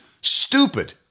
Stupid